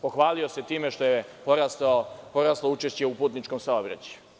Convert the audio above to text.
Pohvalio se time što je poraslo učešće u putničkom saobraćaju.